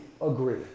agree